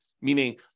meaning